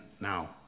now